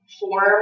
form